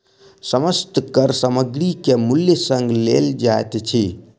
समस्त कर सामग्री के मूल्य संग लेल जाइत अछि